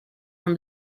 from